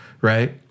Right